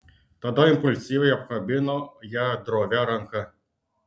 tada impulsyviai apkabino ją drovia ranka